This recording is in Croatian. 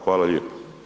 Hvala lijepo.